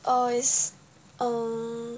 is um